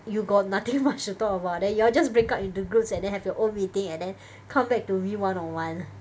you got nothing much to talk about then you all just break up into groups and then have your own meeting and then come back to re one-on-one